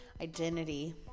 identity